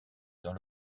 dans